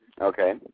Okay